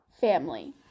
family